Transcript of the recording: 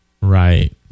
Right